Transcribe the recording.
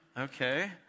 okay